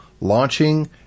launching